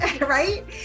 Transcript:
Right